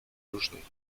różnych